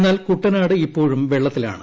എന്നാൽ കുട്ടനാട് ഇപ്പോഴും വെള്ളത്തിലാണ്